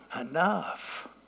enough